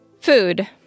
Food